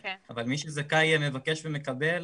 אבל מי שזכאי מבקש ומקבל